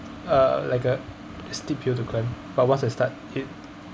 uh like a steep hill to climb but once I start it